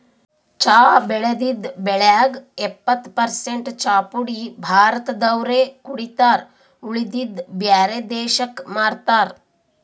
ಚಾ ಬೆಳದಿದ್ದ್ ಬೆಳ್ಯಾಗ್ ಎಪ್ಪತ್ತ್ ಪರಸೆಂಟ್ ಚಾಪುಡಿ ಭಾರತ್ ದವ್ರೆ ಕುಡಿತಾರ್ ಉಳದಿದ್ದ್ ಬ್ಯಾರೆ ದೇಶಕ್ಕ್ ಮಾರ್ತಾರ್